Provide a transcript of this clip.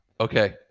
okay